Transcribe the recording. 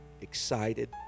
excited